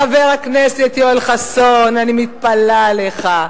חבר הכנסת יואל חסון, אני מתפלאה עליך.